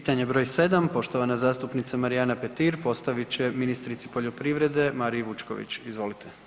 Pitanje br. 7. poštovana zastupnica Marijana Petir postavit će ministrici poljoprivrede Mariji Vučković, izvolite.